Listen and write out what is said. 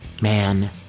man